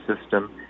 system